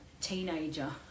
teenager